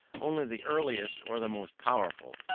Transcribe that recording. only the earliest or the most powerful,